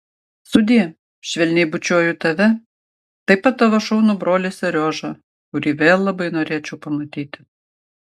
sudie švelniai bučiuoju tave taip pat tavo šaunų brolį seriožą kurį vėl labai norėčiau pamatyti